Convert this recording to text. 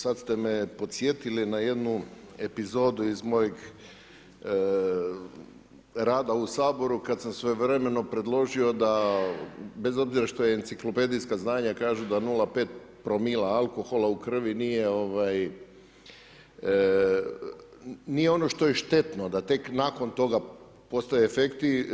Sada ste me podsjetili na jednu epizodu iz mojeg rada u Saboru kada sam svojevremeno predložio da bez obzira što enciklopedijska znanja kažu da 0,5 promila alkohola u krvi nije ono što je štetno, da tek nakon toga postoje efekti.